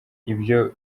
ibyo